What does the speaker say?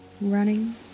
running